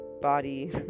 body